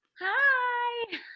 Hi